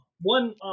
One